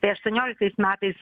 tai aštuonioliktais metais